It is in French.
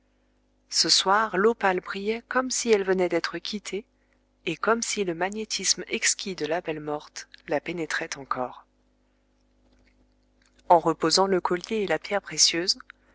ce soir l'opale brillait comme si elle venait d'être quittée et comme si le magnétisme exquis de la belle morte la pénétrait encore en reposant le collier et la pierre précieuse